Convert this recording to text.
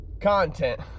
content